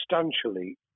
substantially